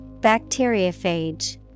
Bacteriophage